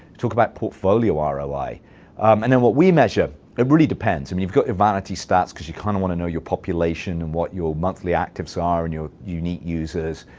talk about portfolio ah roi. and then what we measure really depends. i mean you've got your vanity stats because you kind of want to know your population and what your monthly actives ah are and your unique users.